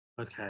Okay